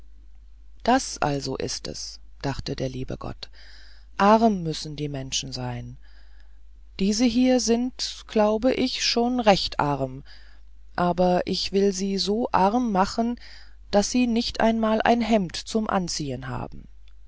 das also ist es dachte der liebe gott arm müssen die menschen sein diese hier sind glaub ich schon recht arm aber ich will sie so arm machen daß sie nicht einmal ein hemd zum anziehen haben